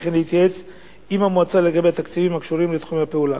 וכן להתייעץ עם המועצה לגבי התקציבים הקשורים לתחומי פעולתה.